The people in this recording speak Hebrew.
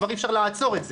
כבר אי אפשר לעצור את זה.